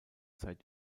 zeit